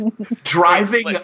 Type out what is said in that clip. driving